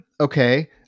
okay